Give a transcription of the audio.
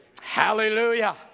Hallelujah